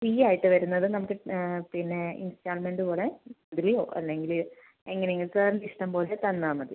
ഫീ ആയിട്ട് വരുന്നത് നമുക്ക് പിന്നെ ഇൻസ്റ്റാൾമെന്റ് പോലെ ഇടുകയോ അല്ലെങ്കിൽ എങ്ങനെയെങ്കിലും സാറിൻ്റെ ഇഷ്ടം പോലെ തന്നാൽ മതി